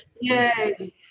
Yay